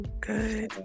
good